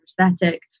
aesthetic